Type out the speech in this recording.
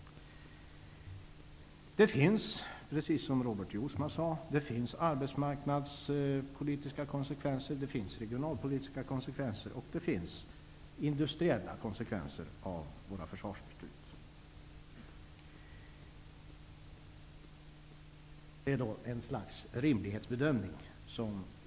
Det finns, precis som Robert Jousma sade, arbetsmarknadspolitiska konsekvenser, regionalpolitiska konsekvenser och industriella konsekvenser av försvarsbesluten. Vi gör liksom tidigare en rimlighetsbedömning.